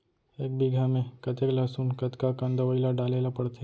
एक बीघा में कतेक लहसुन कतका कन दवई ल डाले ल पड़थे?